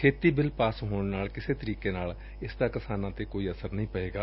ਖੇਤੀ bill pass ਹੋਣ ਨਾਲ ਕਿਸੇ ਵੀ ਤਰੀਕੇ ਨਾਲ ਇਸ ਦਾ ਕਿਸਾਨਾਂ ਤੇ ਕੋਈ ਉਲਟਾ ਅਸਰ ਨਹੀ ਪਏਗਾ